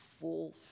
full